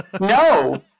No